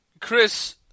Chris